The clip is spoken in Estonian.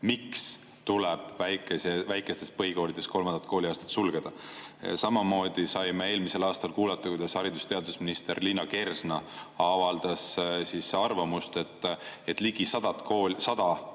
miks tuleb väikestes põhikoolides kolmas kooliaste sulgeda. Samamoodi saime eelmisel aastal kuulda, kuidas haridus‑ ja teadusminister Liina Kersna avaldas arvamust, et ligi sajas põhikoolis,